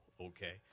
okay